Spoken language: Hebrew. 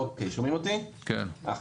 בבקשה.